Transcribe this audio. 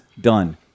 Done